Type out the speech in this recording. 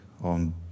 on